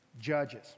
Judges